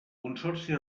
consorci